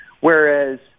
whereas